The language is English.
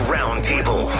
Roundtable